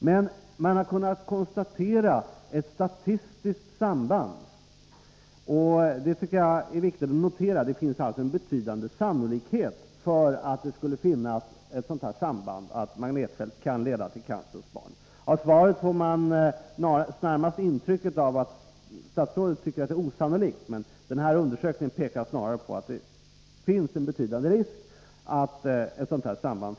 Men man har kunnat konstatera ett statistiskt samband, och jag tycker det är viktigt att notera detta. Det finns alltså en betydande sannolikhet för ett sådant samband — att magnetfält kan leda till cancer hos barn. Av svaret får man närmast intrycket att statsrådet tycker att detta är. Nr 42 osannolikt. Men undersökningsresultaten pekar snarare på att det finns en Torsdagen den betydande risk för ett sådant samband.